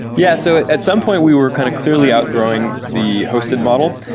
yes. so at some point we were kind of clearly outgrowing the hosted model.